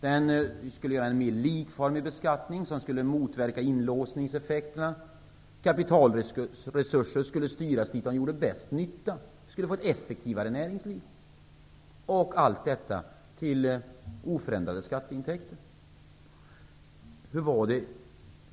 Den skulle skapa en mer likformig beskattning, vilket skulle motverka inlåsningseffekter. Kapitalresurser skulle styras så att de gjorde bäst nytta. Vi skulle få ett effektivare näringsliv. Allt detta skulle ske med oförändrade skatteintäkter. Hur blev det?